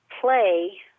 play